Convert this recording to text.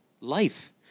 life